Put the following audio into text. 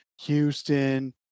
Houston